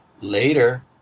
Later